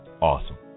Awesome